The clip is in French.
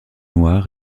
noir